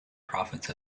profits